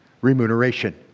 Remuneration